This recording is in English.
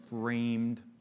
framed